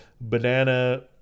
Banana